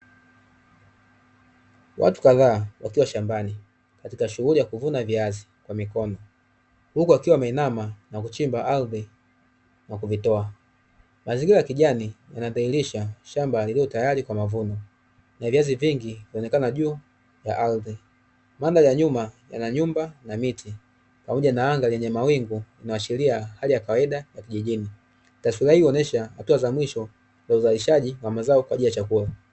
Watu kadhaa wakiwa shambani katika shughuli ya kuvuna viazi kwa mikono, huku wakiwa wameinama na kuchimba ardhi na kuvitoa. Mazingira ya kijani yanadhihirisha shamba lililo tayari kwa mavuno na viazi vingi vikionekana juu ya ardhi, mandhari ya nyuma yana nyumba na miti pamoja na anga lenye mawingu linaloashilia hali ya kawaida ya kijijini, taswira hii huonyesha hatua za mwisho za uzalishaji wa mazao kwa ajili ya chakula.